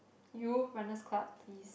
you runner's club please